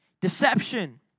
deception